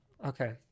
Okay